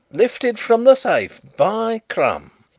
lifted from the safe by crumb!